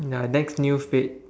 ya next new fad